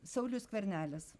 saulius skvernelis